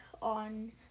on